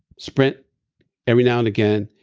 sprint every now and again,